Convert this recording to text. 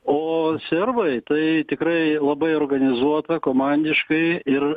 o serbai tai tikrai labai organizuota komandiškai ir